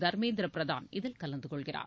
தர்மேந்திர பிரதான் இதில் கலந்து கொள்கிறார்